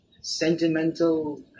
sentimental